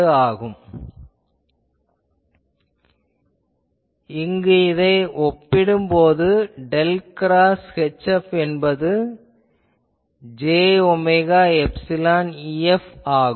ஆகவே இங்கு அதை நான் இடும் போது டெல் கிராஸ் HF என்பது j ஒமேகா எப்சிலான் EF ஆகும்